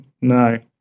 No